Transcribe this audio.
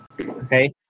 okay